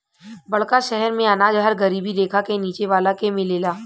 बड़का शहर मेंअनाज हर गरीबी रेखा के नीचे वाला के मिलेला